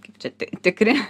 kaip čia tikri